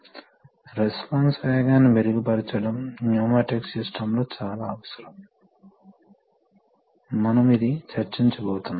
మరోవైపు మీరు దీనిని రివర్స్ చేస్తే మీరు దీనిని పంప్ చేయడానికి మరియు ట్యాంక్ చేయడానికి తీసుకుంటే ద్రవం ఇక్కడ ప్రవేశిస్తుంది మరియు ఈ దిశలో బయటకు వెళుతుంది